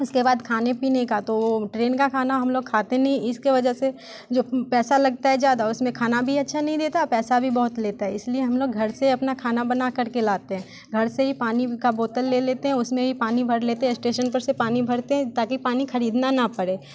इसके बाद खाने पीने का तो ट्रेन का खाना हम लोग खाते नहीं है इसके वजह से जो पैसा लगता है ज़्यादा उसमें खाना भी अच्छा नहीं रहता पैसा भी बहुत लेता है इसलिए हम लोग घर से अपना खाना बनाकर के लाते हैं घर से ही पानी का बोतल ले लेते हैं उसमें ही पानी भर लेते हैं इस्टेशन पर से पानी भरते हैं ताकि पानी खरीदना ना पड़े